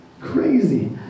crazy